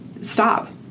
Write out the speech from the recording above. stop